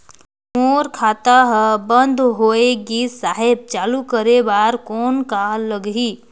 मोर खाता हर बंद होय गिस साहेब चालू करे बार कौन का लगही?